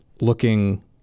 looking